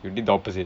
you did the opposite